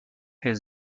his